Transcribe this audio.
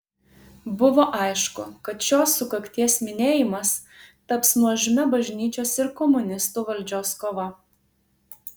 buvo aišku kad šios sukakties minėjimas taps nuožmia bažnyčios ir komunistų valdžios kova